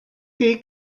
chi